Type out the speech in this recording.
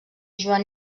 joan